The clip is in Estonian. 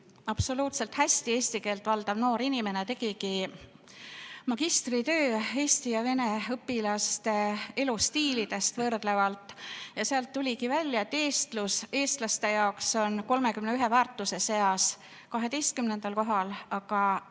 absoluutselt hästi eesti keelt valdav noor inimene tegigi magistritöö eesti ja vene õpilaste elustiilidest võrdlevalt. Sealt tuligi välja, et eestlus on eestlaste jaoks 31 väärtuse seas 12. kohal, aga